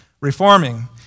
reforming